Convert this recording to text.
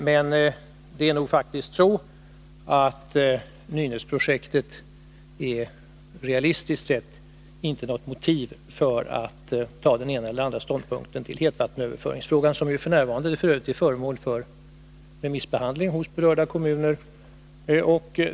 Men det är nog faktiskt så att Nynäsprojektet, realistiskt sett, inte är något motiv för att inta den ena eller andra ståndpunkten till hetvattenöverföringsfrågan, som f.n. f.ö. är föremål för remissbehandling hos berörda kommuner.